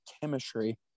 chemistry